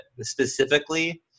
specifically